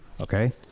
Okay